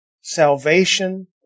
salvation